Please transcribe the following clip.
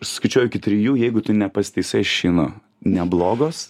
aš skaičiuoju iki trijų jeigu tu nepasitaisai aš išeinu neblogos